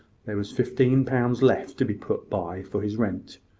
there was fifteen pounds left to be put by for his rent.